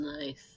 Nice